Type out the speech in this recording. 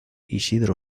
isidro